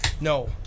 No